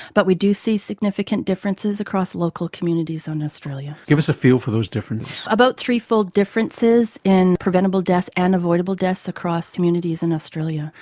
but we do see significant differences across local communities in and australia. give us a feel for those differences. about three-fold differences in preventable deaths and avoidable deaths across communities in australia.